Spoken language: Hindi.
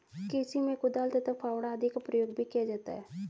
कृषि में कुदाल तथा फावड़ा आदि का प्रयोग भी किया जाता है